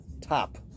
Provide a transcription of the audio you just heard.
top